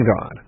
God